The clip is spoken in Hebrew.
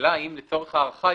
השאלה אם לצורך הארכה